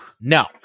No